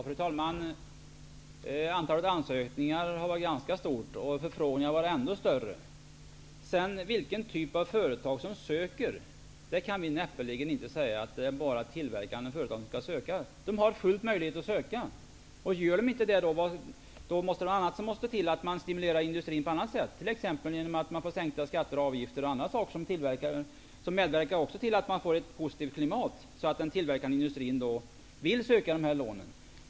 Fru talman! Antalet ansökningar har varit ganska stort och förfrågningarna ännu fler. Men vi kan ju inte föreskriva att bara tillverkande företag skall få söka. Alla har full möjlighet att söka. Gör de inte det måste det kanske till någonting annat för att stimulera industrin, t.ex. sänkta skatter och avgifter som också medverkar till att man får ett positivt klimat, så att den tillverkande industrin vill söka dessa lån.